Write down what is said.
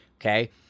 Okay